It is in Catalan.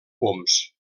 poms